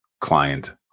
client